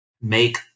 make